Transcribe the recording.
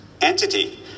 entity